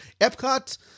Epcot